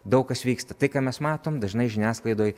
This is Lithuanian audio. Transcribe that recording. daug kas vyksta tai ką mes matom dažnai žiniasklaidoj